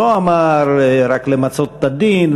הוא לא אמר רק: למצות את הדין,